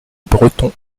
breton